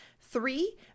Three